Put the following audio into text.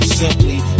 simply